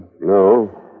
No